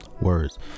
words